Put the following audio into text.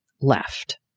left